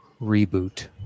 reboot